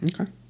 Okay